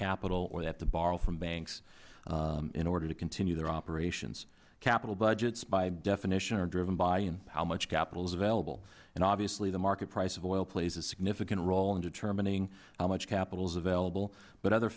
capital or they have to borrow from banks in order to continue their operations capital budgets by definition are driven by how much capital is available and obviously the market price of oil plays a significant role in determining how much capital is available but other